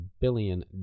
billion